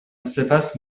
سپس